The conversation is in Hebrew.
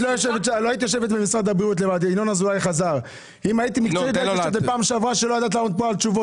זה שלא ידעת לענות לנו על התשובות בפעם שעברה לא מעיד על מקצועיות.